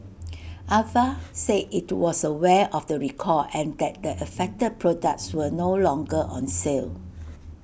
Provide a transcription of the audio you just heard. Ava said IT was aware of the recall and that the affected products were no longer on sale